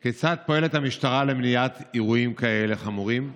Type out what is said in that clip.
1. כיצד המשטרה פועלת למניעת אירועים חמורים כאלה?